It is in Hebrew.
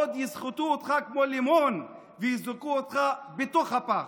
עוד יסחטו אותך כמו לימון ויזרקו אותך לתוך הפח.